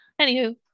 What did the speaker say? Anywho